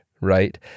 right